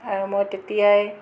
আৰু মই তেতিয়াই